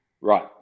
Right